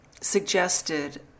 suggested